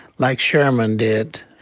like sherman did,